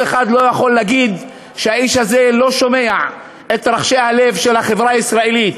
אף אחד לא יכול להגיד שהאיש הזה לא שומע את רחשי הלב של החברה הישראלית,